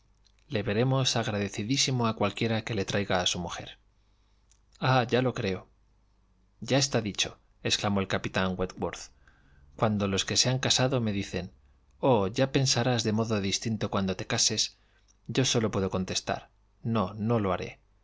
veremos agradecidísimo a cualquiera que le traiga a su mujer ah ya lo creo ya está dichoexclamó el capitán wentworth cuando los que se han casado me dicen oh ya pensarás de modo distinto cuando te cases yo sólo puedo contestar no no lo haré